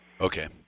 Okay